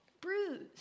bruised